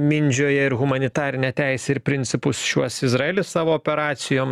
mindžioja ir humanitarinę teisę ir principus šiuos izraelis savo operacijom